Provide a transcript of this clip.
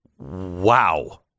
Wow